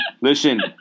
listen